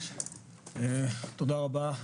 תודה רבה.